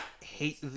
hate